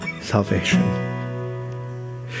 salvation